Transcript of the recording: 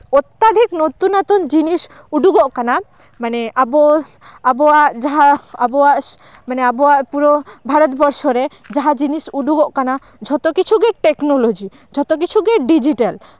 ᱚᱛᱛᱟᱫᱷᱤᱱ ᱱᱤᱛᱛᱚ ᱱᱩᱛᱩᱱ ᱡᱤᱱᱤᱥ ᱩᱰᱩᱜᱚᱜ ᱠᱟᱱᱟ ᱢᱟᱱᱮ ᱟᱵᱚᱣᱟᱜ ᱡᱟᱦᱟᱸ ᱢᱟᱱᱮ ᱟᱵᱚᱣᱟᱜ ᱯᱩᱨᱟᱹ ᱵᱷᱟᱨᱚᱛᱵᱚᱨᱥᱚ ᱨᱮ ᱡᱟᱦᱟᱸ ᱡᱤᱱᱤᱥ ᱩᱰᱩᱜᱚᱜ ᱠᱟᱱᱟ ᱡᱷᱚᱛᱚ ᱠᱤᱪᱷᱩ ᱜᱮ ᱴᱮᱠᱱᱳᱞᱚᱡᱤ ᱡᱷᱚᱛᱚ ᱠᱤᱪᱷᱩ ᱜᱮ ᱰᱤᱡᱤᱴᱮᱞ